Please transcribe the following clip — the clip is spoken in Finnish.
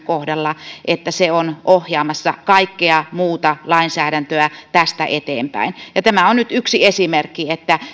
kohdalla että se on ohjaamassa kaikkea muuta lainsäädäntöä tästä eteenpäin ja tämä on nyt yksi esimerkki siitä että